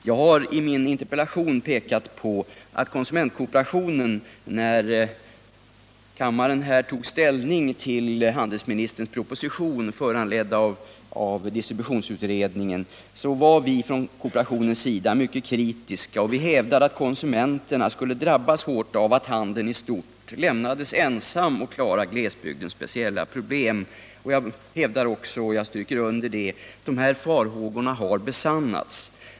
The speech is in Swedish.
Jag har i min interpellation pekat på att konsumentkooperationen var mycket kritisk, när kammaren tog ställning till den av distributionsutredningen föranledda propositionen. Vi hävdade att konsumenterna skulle drabbas hårt av att handeln i stort lämnades ensam när det gällde att klara glesbygdens speciella problem. Jag vill understryka att farhågorna har besannats.